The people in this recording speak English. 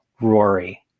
Rory